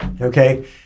okay